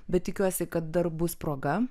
bet tikiuosi kad dar bus proga